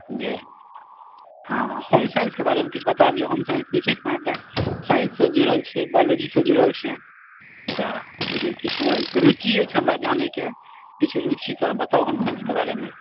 जी हँ होमसाइंसके बारेमे किछु बता दिअ होमसाइंस जे छै अहाँकेँ साइंस से जुड़ल छै बायोलौजी से जुड़ल छै तऽ ओहिमे किछु रुचि अछि हमरा जानेके किछु रुचि बताउ होम साइंसके बारेमे